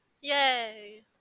Yay